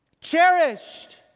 cherished